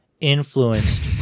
influenced